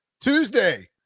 Tuesday